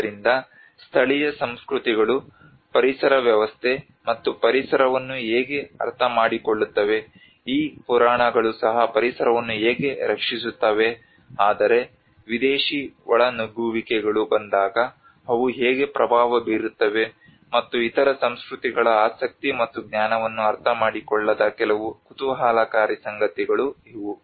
ಆದ್ದರಿಂದ ಸ್ಥಳೀಯ ಸಂಸ್ಕೃತಿಗಳು ಪರಿಸರ ವ್ಯವಸ್ಥೆ ಮತ್ತು ಪರಿಸರವನ್ನು ಹೇಗೆ ಅರ್ಥಮಾಡಿಕೊಳ್ಳುತ್ತವೆ ಈ ಪುರಾಣಗಳು ಸಹ ಪರಿಸರವನ್ನು ಹೇಗೆ ರಕ್ಷಿಸುತ್ತವೆ ಆದರೆ ವಿದೇಶಿ ಒಳನುಗ್ಗುವಿಕೆಗಳು ಬಂದಾಗ ಅವು ಹೇಗೆ ಪ್ರಭಾವ ಬೀರುತ್ತವೆ ಮತ್ತು ಇತರ ಸಂಸ್ಕೃತಿಗಳ ಆಸಕ್ತಿ ಮತ್ತು ಜ್ಞಾನವನ್ನು ಅರ್ಥಮಾಡಿಕೊಳ್ಳದ ಕೆಲವು ಕುತೂಹಲಕಾರಿ ಸಂಗತಿಗಳು ಇವು